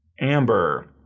Amber